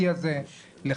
אז